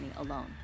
alone